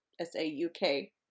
S-A-U-K